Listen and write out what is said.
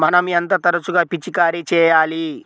మనం ఎంత తరచుగా పిచికారీ చేయాలి?